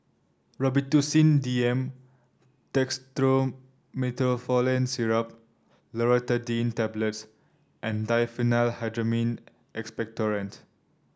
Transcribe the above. Robitussin D M Dextromethorphan Syrup Loratadine Tablets and Diphenhydramine Expectorant